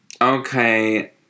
Okay